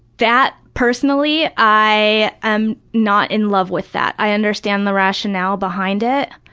that, personally, i am not in love with that. i understand the rationale behind it.